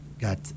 got